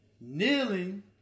kneeling